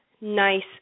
nice